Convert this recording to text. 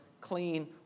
clean